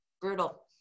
Brutal